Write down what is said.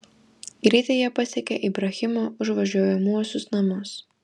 greitai jie pasiekė ibrahimo užvažiuojamuosius namus